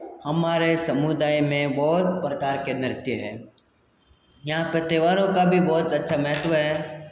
हमारे समुदाय में बहुत प्रकार के नृत्य हैं यहाँ पे त्यौहारों का भी बहुत अच्छा महत्व है